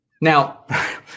Now